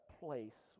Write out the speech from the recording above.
place